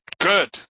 Good